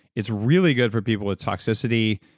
it's really good for people with toxicity,